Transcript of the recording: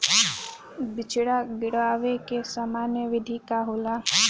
बिचड़ा गिरावे के सामान्य विधि का होला?